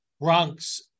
Bronx